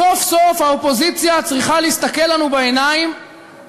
סוף-סוף האופוזיציה צריכה להסתכל לנו בעיניים